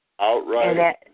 Outright